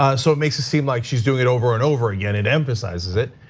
ah so it makes it seem like she's doing it over, and over again and emphasizes it.